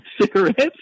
Cigarettes